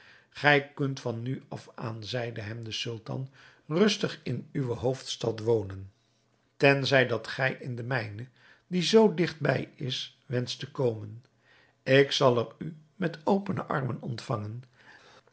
gij kunt van nu af aan zeide hem de sultan rustig in uwe hoofdstad wonen tenzij dat gij in de mijne die zoo digt bij is wenscht te komen ik zal er u met opene armen ontvangen